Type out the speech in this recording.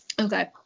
Okay